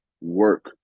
work